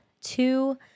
two